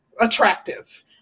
attractive